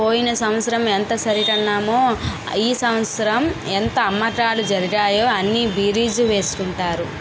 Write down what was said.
పోయిన సంవత్సరం ఎంత సరికన్నాము ఈ సంవత్సరం ఎంత అమ్మకాలు జరిగాయి అని బేరీజు వేసుకుంటారు